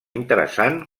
interessant